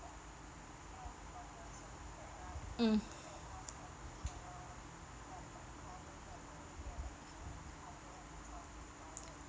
mm